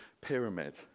pyramid